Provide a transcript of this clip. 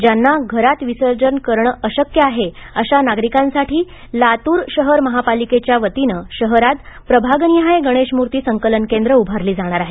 ज्यांना घरात विसर्जन करणे अशक्य आहे अशा नागरिकांसाठी लातूर शहर महानगरपालिकेच्या वतीने शहरात प्रभाग निहाय गणेश मूर्ती संकलन केंद्र उभारली जाणार आहेत